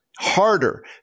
harder